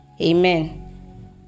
amen